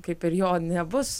kaip ir jo nebus